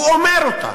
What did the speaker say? הוא אומר אותה.